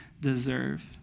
deserve